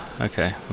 Okay